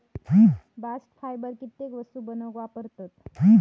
bast fibre कित्येक वस्तू बनवूक वापरतत